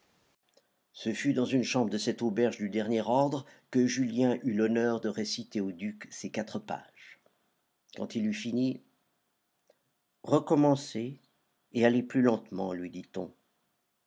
ce fut dans une chambre de cette auberge du dernier ordre que julien eut l'honneur de réciter au duc ses quatre pages quand il eut fini recommencez et allez plus lentement lui dit-on